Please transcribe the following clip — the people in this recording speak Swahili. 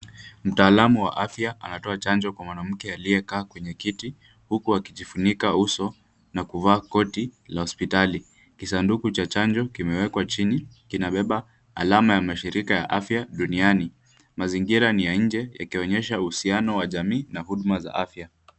Mtaalamu wa afya anatoa chanjo kwa mwanamke aliyekaa kwenye kiti, huku akijifunika uso na kuvaa koti la hospitali. Kisanduku cha chanjo kimewekwa chini, kinabeba alama ya mashirika ya afya duniani. Mazingira ni ya nje yakionyesha uhusiano wa jamii na huduma za afya.